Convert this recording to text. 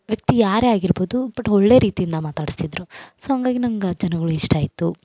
ವ್ಯಕ್ತಿ ಯಾರೇ ಆಗಿರ್ಬೋದು ಬಟ್ ಒಳ್ಳೇ ರೀತಿಯಿಂದ ಮಾತಾಡಿಸ್ತಿದ್ರು ಸೊ ಹಂಗಾಗಿ ನಂಗೆ ಆ ಜನಗಳು ಇಷ್ಟ ಆಯಿತು